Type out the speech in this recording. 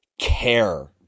care